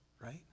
right